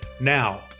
Now